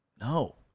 No